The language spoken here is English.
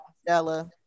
Stella